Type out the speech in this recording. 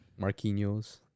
Marquinhos